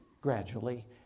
gradually